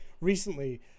recently